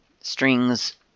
Strings